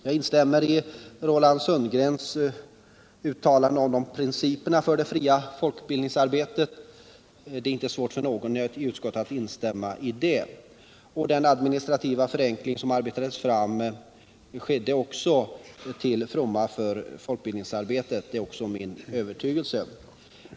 Jag instämmer i Roland Sundgrens uttalande när det gäller principerna för det fria folkbildningsarbetet — det är inte svårt för någon i utskottet att instämma i det. Den administrativa förenkling som arbetats fram inom utskottet har skett till fromma för folkbildningsarbetet, det är också min övertygelse.